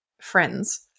friends